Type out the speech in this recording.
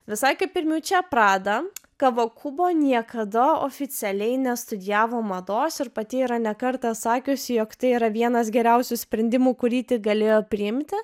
visai kaip ir miučia prada kavakubo niekada oficialiai nestudijavo mados ir pati yra ne kartą sakiusi jog tai yra vienas geriausių sprendimų kurį tik galėjo priimti